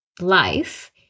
life